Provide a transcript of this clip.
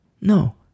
No